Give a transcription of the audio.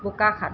Bokakhat